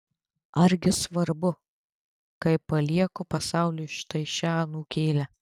argi svarbu kai palieku pasauliui štai šią anūkėlę